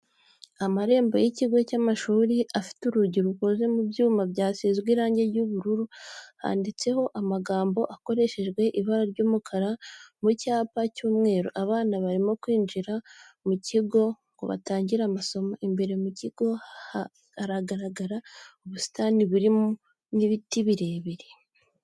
Amarembo y'ikigo cy'amashuri afite urugi rukoze mu byuma byasizwe irangi ry'ubururu, handitseho amagambo akoreshejwe ibara ry'umukara mu cyapa cy'umweru, abana barimo kwinjira mu kigo ngo batangire amasomo, imbere mu kigo hagaragara ubusitani burimo n'ibiti birebire.